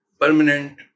permanent